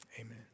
Amen